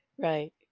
Right